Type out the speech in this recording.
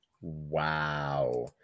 Wow